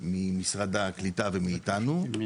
ממשרד הקליטה ומאיתנו.